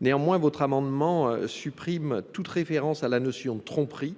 Néanmoins, votre amendement tend à supprimer toute référence à la notion de tromperie,